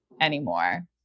anymore